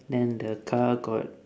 then the car got